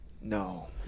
No